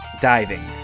diving